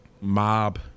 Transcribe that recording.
mob